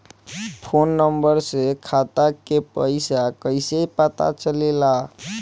Phone number से खाता के पइसा कईसे पता चलेला?